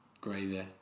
Gravy